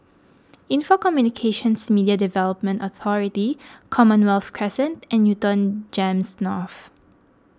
Info Communications Media Development Authority Commonwealth Crescent and Newton Gems North